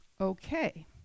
Okay